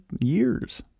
years